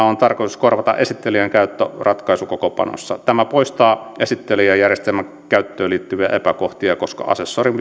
on tarkoitus korvata esittelijän käyttö ratkaisukokoonpanossa tämä poistaa esittelijäjärjestelmän käyttöön liittyviä epäkohtia koska asessorin